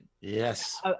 Yes